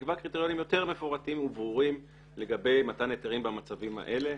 ותקבע קריטריונים יותר מפורטים וברורים לגבי מתן היתרים במצבים האלה.